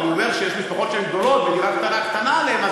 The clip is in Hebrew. ואני אומר שיש משפחות שהן גדולות ודירה קטנה קטנה עליהן,